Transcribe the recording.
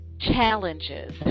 challenges